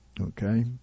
Okay